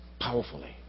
powerfully